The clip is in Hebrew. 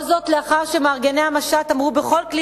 כל זאת לאחר שמארגני המשט אמרו בכל כלי